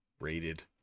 rated